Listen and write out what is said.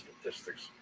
statistics